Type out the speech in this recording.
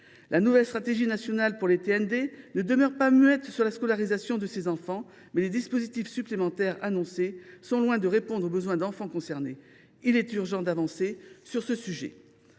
La nouvelle stratégie nationale pour les TND ne demeure pas muette sur la scolarisation de ces enfants, mais les dispositifs supplémentaires annoncés sont loin de répondre à leurs besoins. Il est urgent d’avancer sur ce sujet.